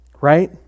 right